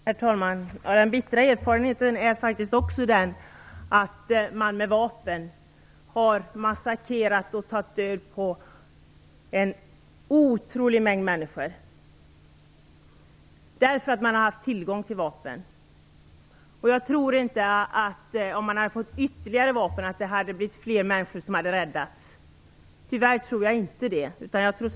Herr talman! Den bittra erfarenheten är också att man med vapen har massakrerat och tagit död på en otrolig mängd människor därför att man har haft tillgång till vapen. Jag tror inte, tyvärr, att fler människor skulle ha räddats om man hade fått ytterligare vapen.